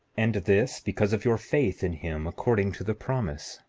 and this because of your faith in him according to the promise.